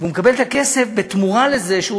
הוא מקבל את הכסף בתמורה לזה שהוא,